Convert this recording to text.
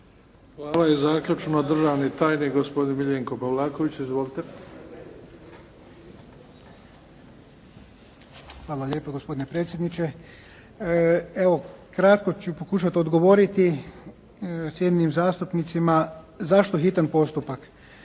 Hvala. I zaključno, državni tajnik gospodin Miljenko Pavlaković. Izvolite. **Pavlaković, Miljenko** Zahvaljujem gospodine predsjedniče. Evo kratko ću pokušati odgovoriti cijenjenim zastupnicima zašto hitan postupak.